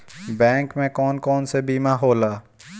Bank में कौन कौन से बीमा होला?